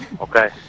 Okay